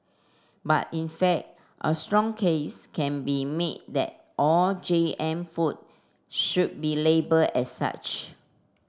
but in fact a strong case can be made that all G M food should be label as such